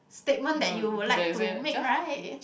statement that you would like to make right